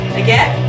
again